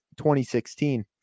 2016